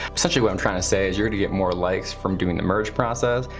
essentially, what i'm trying to say is you're gonna get more likes from doing the merge process,